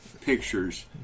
pictures